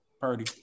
Purdy